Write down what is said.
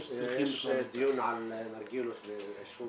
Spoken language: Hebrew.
שצריכים -- יש דיון על נרגילות ועישון